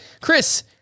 Chris